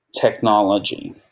technology